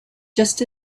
just